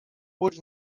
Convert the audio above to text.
would